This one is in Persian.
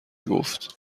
گفت